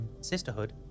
Sisterhood